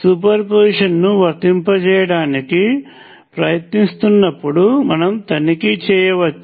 సూపర్పొజిషన్ను వర్తింపజేయడానికి ప్రయత్నిస్తున్నప్పుడు మనం తనిఖీ చేయవచ్చు